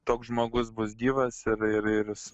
toks žmogus bus gyvas ir ir jis